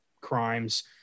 crimes